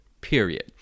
period